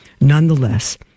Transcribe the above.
Nonetheless